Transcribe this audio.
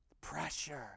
pressure